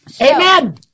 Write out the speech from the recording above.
amen